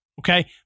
okay